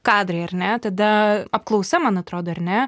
kadrai ar ne tada apklausa man atrodo ar ne